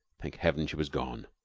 thank heaven, she was gone.